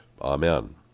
Amen